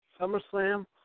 SummerSlam